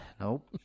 Nope